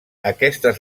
aquestes